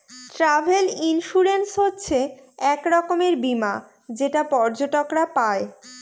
travel insurance হচ্ছে এক রকমের বীমা যেটা পর্যটকরা পাই